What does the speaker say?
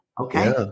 Okay